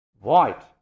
White